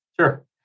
sure